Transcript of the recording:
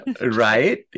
right